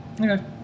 okay